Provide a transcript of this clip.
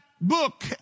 book